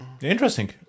interesting